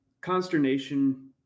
consternation